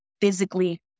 physically